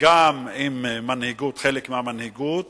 גם עם חלק מהמנהיגות